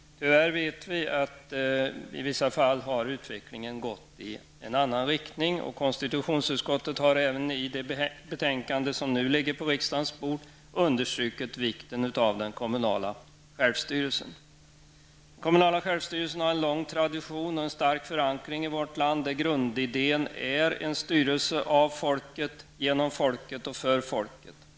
Vi vet att utvecklingen i vissa fall tyvärr gått i en annan riktning. Konstitutionsutskottet har i det betänkande som nu ligger på riksdagens bord understrukit vikten av den kommunala självstyrelsen. Den kommunala självstyrelsen har en lång tradition och en stark förankring i vårt land. Grund idén är en styrelse av folket, genom folket och för folket.